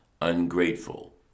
ungrateful